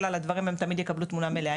על הדברים הם תמיד יקבלו את התמונה המלאה.